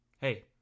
hey